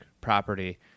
property